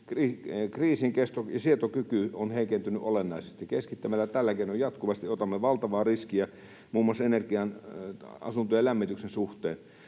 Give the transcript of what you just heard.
kriisinsietokyky on heikentynyt olennaisesti. Keskittämällä tällä keinoin jatkuvasti otamme valtavaa riskiä muun muassa energian, asuntojen lämmityksen, suhteen.